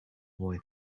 boy